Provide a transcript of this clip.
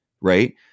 Right